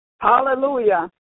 Hallelujah